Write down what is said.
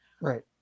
right